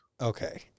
Okay